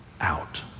out